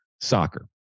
soccer